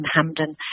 Hamden